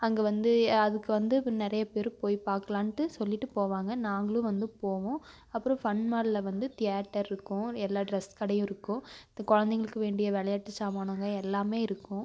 அங்கே வந்து அதுக்கு வந்து நிறைய பேர் போய் பாக்கலான்ட்டு சொல்லிட்டு போவாங்க நாங்களும் வந்து போவோம் அப்பறம் ஃபன் மால்ல வந்து தியேட்டருக்கும் எல்லாம் ட்ரெஸ் கடையிருக்கும் இந்த குழந்தைங்களுக்கு வேண்டிய விளையாட்டு ஜாமானுங்க எல்லாமே இருக்கும்